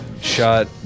shot